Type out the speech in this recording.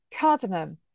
cardamom